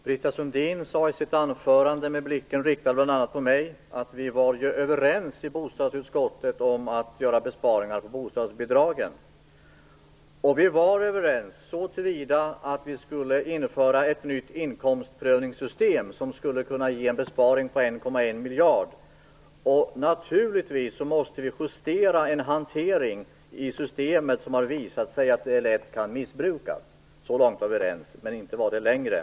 Fru talman! Britta Sundin sade i sitt anförande, med blicken riktad på bl.a. mig, att vi i bostadsutskottet var överens om att göra besparingar på bostadsbidragen. Vi var överens så till vida att vi skulle införa ett nytt inkomstprövningssystem, som skulle kunna ge en besparing på 1,1 miljard. Naturligtvis måste vi justera en hantering i systemet som har visat sig lätt kunna missbrukas. Så långt var vi överens, men inte var det längre.